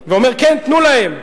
ואומר: כן, תנו להם,